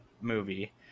movie